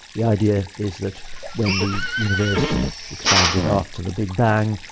the idea is that when the universe expanded after the big bang,